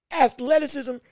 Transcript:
athleticism